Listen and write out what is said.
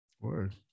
word